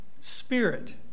spirit